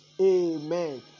amen